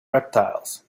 reptiles